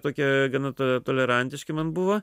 tokie gana tolerantiški man buvo